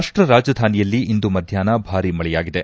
ರಾಷ್ಟ ರಾಜಧಾನಿಯಲ್ಲಿ ಇಂದು ಮಧ್ವಾಷ್ನ ಭಾರೀ ಮಳೆಯಾಗಿದೆ